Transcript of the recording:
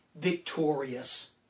victorious